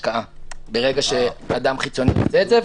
וההשקעה ברגע שאדם חיצוני עושה את זה,